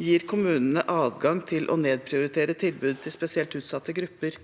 gir kommunene adgang til å nedprioritere tilbud til spesielt utsatte grupper.